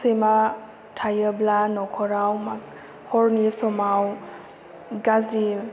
सैमा थायोब्ला न'खराव हरनि समाव गाज्रि